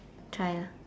try ah